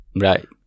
Right